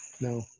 no